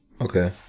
Okay